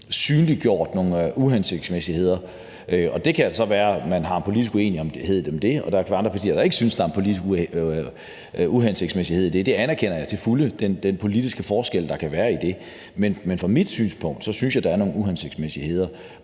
synliggjort nogle uhensigtsmæssigheder. Det kan så være, at man har en politisk uenighed om det, og at der kan være andre partier, der ikke synes, at der er en politisk uhensigtsmæssighed i det. Det anerkender jeg til fulde, altså den politiske forskel, der kan være. Men ud fra mit synspunkt synes jeg, at der er nogle uhensigtsmæssigheder,